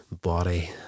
body